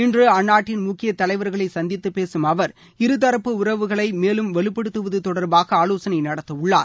இன்று அந்நாட்டின் முக்கிய தலைவர்களை சந்தித்து பேசும் அவர் இருதரப்பு உறவுகளை மேலும் வலுப்படுத்துவது தொடர்பாக ஆலோசனை நடத்தவுள்ளார்